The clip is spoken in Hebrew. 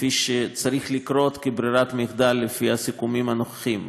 כפי שצריך לקרות כברירת המחדל לפי הסיכומים הנוכחיים.